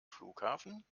flughafen